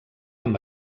amb